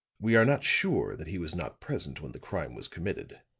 we are not sure that he was not present when the crime was committed.